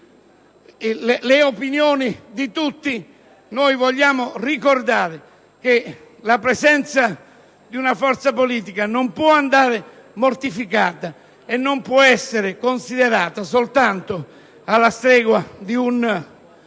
le opinioni di tutti, francamente vogliamo ricordare che la presenza di una forza politica non può essere mortificata, né può essere considerata soltanto alla stregua di una